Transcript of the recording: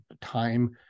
time